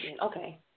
okay